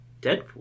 Deadpool